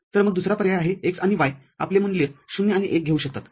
तर मग दुसरा पर्याय आहे x आणि y आपले मूल्य ० आणि १ घेऊ शकतात